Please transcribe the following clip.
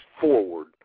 forward